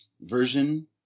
version